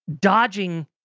dodging